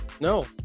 No